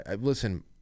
Listen